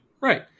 right